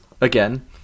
again